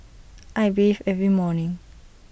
I bathe every morning